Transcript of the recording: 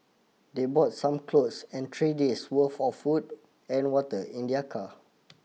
they bought some clothes and three days worth of food and water in their car